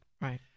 Right